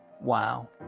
Wow